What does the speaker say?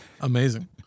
amazing